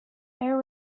air